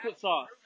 sauce